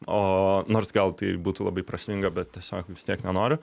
o nors gal tai būtų labai prasminga bet tiesiog vis tiek nenoriu